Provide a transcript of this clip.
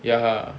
ya